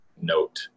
note